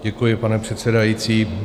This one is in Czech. Děkuji, pane předsedající.